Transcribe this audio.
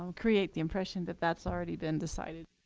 um create the impression that that's already been decided.